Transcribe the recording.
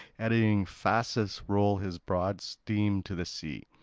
eddying phasis rolls his broad stream to the sea.